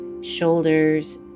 shoulders